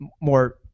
more